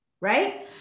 right